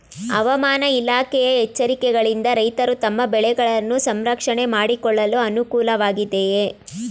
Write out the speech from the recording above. ಹವಾಮಾನ ಇಲಾಖೆಯ ಎಚ್ಚರಿಕೆಗಳಿಂದ ರೈತರು ತಮ್ಮ ಬೆಳೆಗಳನ್ನು ಸಂರಕ್ಷಣೆ ಮಾಡಿಕೊಳ್ಳಲು ಅನುಕೂಲ ವಾಗಿದೆಯೇ?